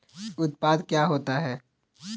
उत्पाद क्या होता है?